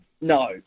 No